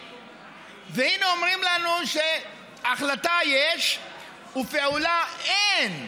והינה, אומרם לנו שהחלטה יש ופעולה אין.